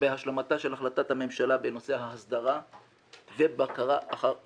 בהשלמתה של החלטת הממשלה בנושא ההסדרה ובקרה אחר יישומה.